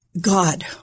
God